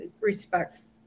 respects